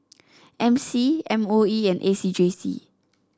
M C M O E and A C J C